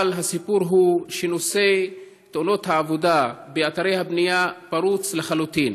אבל הסיפור הוא שנושא תאונות העבודה באתרי הבנייה פרוץ לחלוטין,